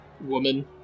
woman